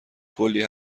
کلی